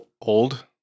Old